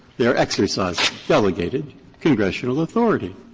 they're exercising delegated congressional authority.